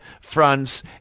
France